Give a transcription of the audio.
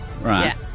Right